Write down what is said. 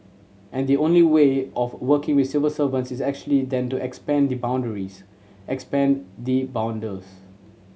and the only way of working with civil servants is actually then to expand the boundaries expand the borders